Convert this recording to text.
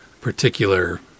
particular